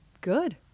Good